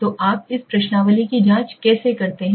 तो आप इस प्रश्नावली की जाँच कैसे करते हैं